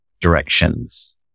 directions